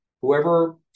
Whoever